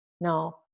Now